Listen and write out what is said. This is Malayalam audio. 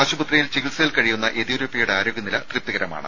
ആശുപത്രിയിൽ ചികിത്സയിൽ കഴിയുന്ന യെദ്യൂരപ്പയുടെ ആരോഗ്യനില തൃപ്തികരമാണ്